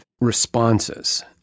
responses